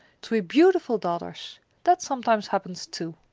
three beautiful daughters that sometimes happens too.